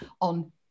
on